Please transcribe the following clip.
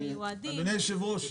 אדוני היושב ראש,